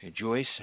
Joyce